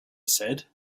said